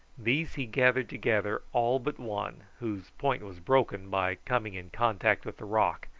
these he gathered together all but one, whose point was broken by coming in contact with the rock,